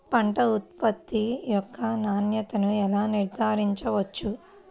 పంట ఉత్పత్తి యొక్క నాణ్యతను ఎలా నిర్ధారించవచ్చు?